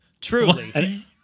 Truly